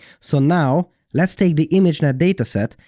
so now, let's take the imagenet dataset,